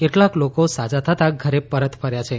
કેટલાક લોકો સાજા થતાં ઘરે પરત ફર્યા છે